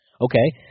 okay